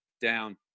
down